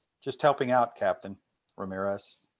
just helping out, captain ramirez.